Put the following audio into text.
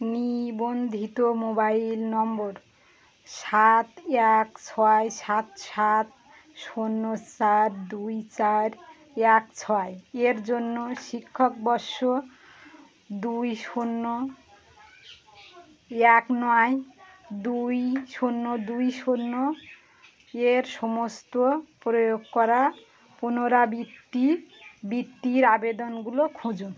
নিবন্ধিত মোবাইল নম্বর সাত এক ছয় সাত সাত শূন্য সাত দুই চার এক ছয় এর জন্য শিক্ষকবর্ষ দুই শূন্য এক নয় দুই শূন্য দুই শূন্য এর সমস্ত প্রয়োগ করা পুনরাবৃত্তি বৃত্তির আবেদনগুলো খুঁজুন